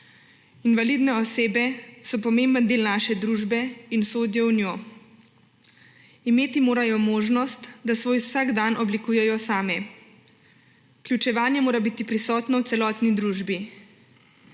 Invalidne osebe so pomemben del naše družbe in sodijo v njo. Imeti morajo možnost, da svoj vsakdan oblikujejo same. Vključevanje mora biti prisotno v celotni družbi.